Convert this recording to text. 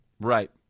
Right